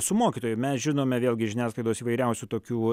su mokytoju mes žinome vėlgi iš žiniasklaidos įvairiausių tokių